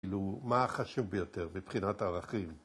כאילו, מה החשוב ביותר, מבחינת הערכים?